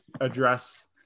address